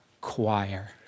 choir